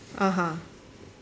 (uh huh)